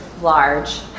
large